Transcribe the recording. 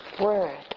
word